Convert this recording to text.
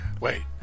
Wait